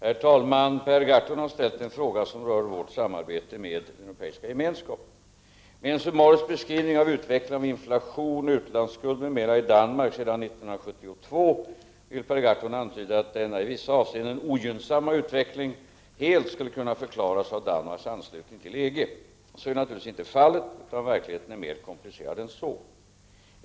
Herr talman! Per Gahrton har ställt en fråga som rör vårt samarbete med EG. Med en summarisk beskrivning av utvecklingen av inflation, utlandsskuld m.m. i Danmark sedan 1972 vill Per Gahrton antyda att denna i vissa avseenden ogynnsamma utveckling helt skulle kunna förklaras av Danmarks anslutning till EG: Så är naturligtvis inte fallet, utan verkligheten är mer komplicerad än så.